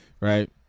right